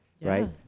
right